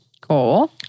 Cool